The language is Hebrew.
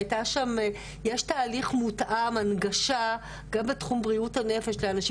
יש תהליך מותאם להנגשה גם בתחום בריאות הנפש לאנשים